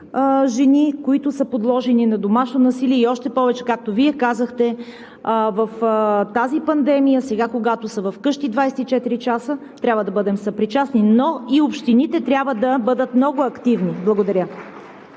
жени, които са подложени на домашно насилие, още повече, както Вие казахте, в тази пандемия – сега, когато са вкъщи 24 часа, трябва да бъдем съпричастни. Но и общините трябва да бъдат много активни. Благодаря.